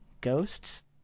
ghosts